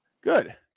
Good